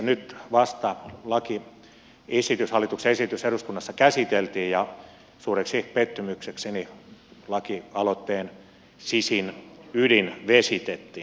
nyt vasta lakiesitys hallituksen esitys eduskunnassa käsiteltiin ja suureksi pettymyksekseni lakialoitteen sisin ydin vesitettiin